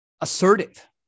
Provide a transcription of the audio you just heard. assertive